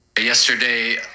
yesterday